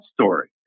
story